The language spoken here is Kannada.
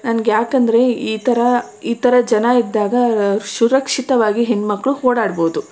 ನನ್ಗೆ ಯಾಕಂದರೆ ಈ ಥರ ಈ ಥರ ಜನ ಇದ್ದಾಗ ಸುರಕ್ಷಿತವಾಗಿ ಹೆಣ್ಮಕ್ಳು ಓಡಾಡ್ಬೌದು